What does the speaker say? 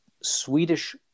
swedish